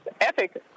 epic